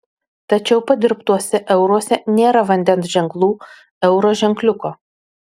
tačiau padirbtuose euruose nėra vandens ženklų euro ženkliuko